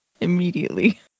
immediately